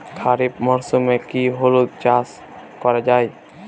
খরিফ মরশুমে কি হলুদ চাস করা য়ায়?